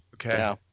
Okay